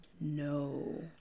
No